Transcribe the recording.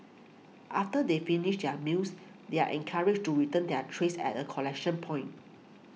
after they finish their meals they are encouraged to return their trays at a collection point